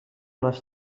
les